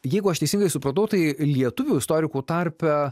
jeigu aš teisingai supratau tai lietuvių istorikų tarpe